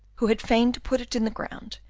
who had feigned to put it in the ground,